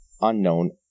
unknown